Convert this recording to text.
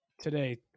today